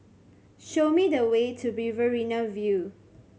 show me the way to Riverina View